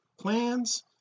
plans